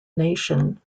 nation